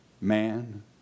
Man